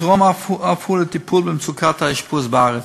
יתרום אף הוא לטיפול במצוקת האשפוז בארץ.